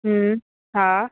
हम्म हा